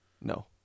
No